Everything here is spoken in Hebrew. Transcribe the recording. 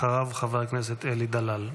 אחריו, חבר הכנסת אלי דלל.